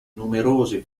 numerose